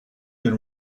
been